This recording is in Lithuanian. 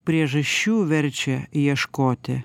priežasčių verčia ieškoti